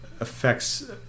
affects